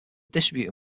distributor